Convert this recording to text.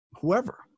whoever